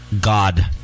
God